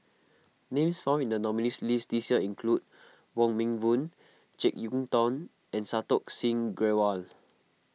names found in the nominees' list this year include Wong Meng Voon Jek Yeun Thong and Santokh Singh Grewal